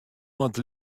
moat